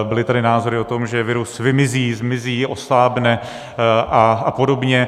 Byly tady názory, že virus vymizí, zmizí, oslábne a podobně.